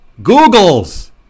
Googles